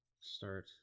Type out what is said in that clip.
Start